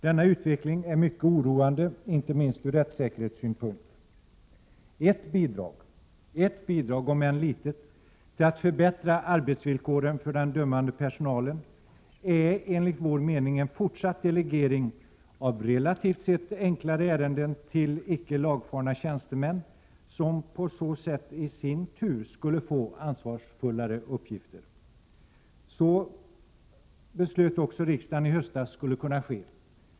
Denna utveckling är mycket oroande inte minst ur rättssäkerhetssynpunkt. Ett bidrag, om än litet, till att förbättra arbetsvillkoren för den dömande personalen är enligt vår mening en fortsatt delegering av relativt sett enklare ärenden till icke lagfarna tjänstemän, som på så sätt i sin tur skulle få ansvarsfullare uppgifter. Så beslöt också riksdagen i höstas skulle kunna ske.